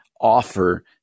offer